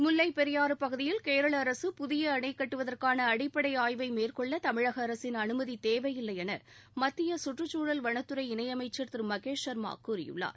முல்லை பெரியாறு பகுதியில் கேரள அரசு புதிய அணை கட்டுவதற்கான அடிப்படை ஆய்வை மேற்கொள்ள தமிழக அரசின் அனுமதி தேவையில்லை என மத்திய சுற்றுச்சூழல் வனத்துறை இணையமைச்சர் திரு மகேஷ் ஷர்மா கூறியுள்ளார்